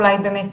אולי באמת,